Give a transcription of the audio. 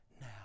now